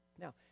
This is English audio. Now